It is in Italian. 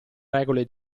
regole